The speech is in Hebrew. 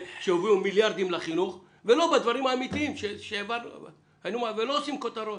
שהובילו מיליארדים לחינוך ולא התמקדנו בדברים האמיתיים שלא עושים כותרות.